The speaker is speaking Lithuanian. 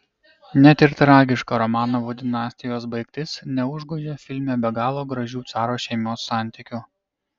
net ir tragiška romanovų dinastijos baigtis neužgožia filme be galo gražių caro šeimos santykių